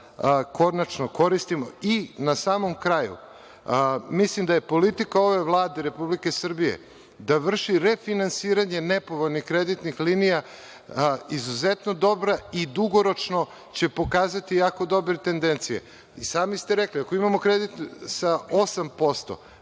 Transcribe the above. koristimo. Na samom kraju, mislim da je politika ove Vlade Republike Srbije da vrši refinansiranje nepovoljnih kreditnih linija izuzetno dobra i dugoročno će pokazati jako dobre tendencije. I sami ste rekli, ako imamo kredit sa 8%,